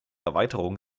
erweiterung